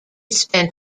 spent